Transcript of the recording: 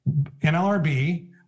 NLRB